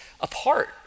apart